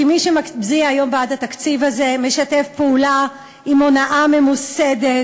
כי מי שמצביע היום בעד התקציב הזה משתף פעולה עם הונאה ממוסדת